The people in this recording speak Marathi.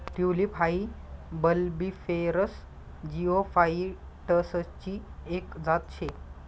टयूलिप हाई बल्बिफेरस जिओफाइटसची एक जात शे